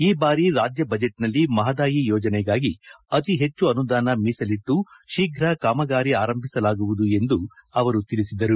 ಈ ಬಾರಿ ರಾಜ್ಜ ಬಜೆಟ್ನಲ್ಲಿ ಮಹದಾಯಿ ಯೋಜನೆಗಾಗಿ ಅತಿ ಹೆಚ್ಚು ಅನುದಾನ ಮೀಸಲಿಟ್ಸ ಶೀಘ್ರ ಕಾಮಗಾರಿ ಆರಂಭಿಸಲಾಗುವುದು ಎಂದು ಅವರು ತಿಳಿಸಿದರು